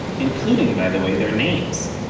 including, by the way, their names.